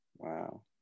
Wow